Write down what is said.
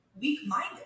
weak-minded